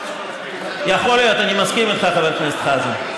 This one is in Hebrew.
אתה עושה עוול לחיות.